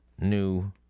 new